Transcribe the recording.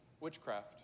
witchcraft